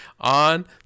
on